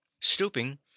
stooping